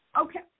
Okay